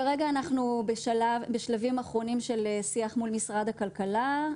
כרגע אנחנו בשלבים אחרונים של שיח מול משרד הכלכלה.